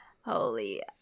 Holy